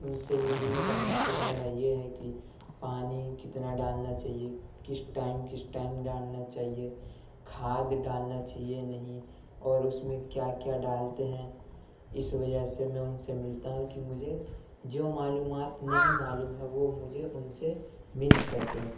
اُن سے ملنے كا مقصد ميرا یہ ہے كہ پانى كتنا ڈالنا چاہيے كِس ٹائم كِس ٹائم ڈالنا چاہيے كھاد ڈالنا چاہيے نہيں اور اُس ميں كيا كيا ڈالتے ہيں اِس وجہ سے ميں اُن سے ملتا ہوں كہ مجھے جو معلومات نہیں معلوم ہے وہ مجھے ان سے مل سکے